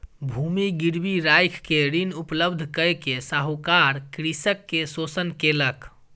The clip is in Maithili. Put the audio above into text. भूमि गिरवी राइख के ऋण उपलब्ध कय के साहूकार कृषक के शोषण केलक